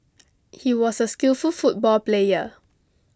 he was a skillful football player